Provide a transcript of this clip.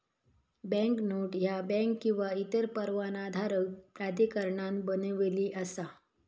banknote ह्या bank किंवा इतर परवानाधारक प्राधिकरणान बनविली असा